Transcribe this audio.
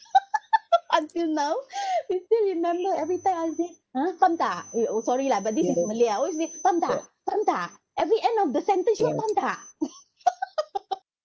until now you still remember every time I say !huh! faham tak eh oh sorry lah but this is in malay ah always been faham tak faham tak every end of the sentence sure faham tak